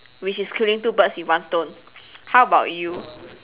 which is killing two birds in one stone how about you